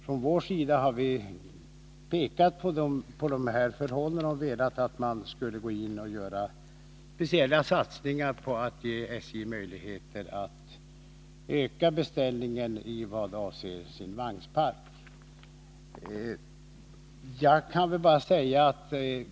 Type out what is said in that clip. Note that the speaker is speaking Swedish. Från vår sida har vi pekat på dessa förhållanden och föreslagit speciella satsningar för att ge SJ möjlighet att öka beställningarna i vad avser vagnparken.